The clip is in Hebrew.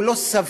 הוא לא סביר,